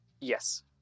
Yes